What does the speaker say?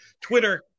Twitter